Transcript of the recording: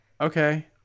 okay